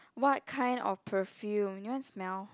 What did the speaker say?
what kind of perfume you wanna smell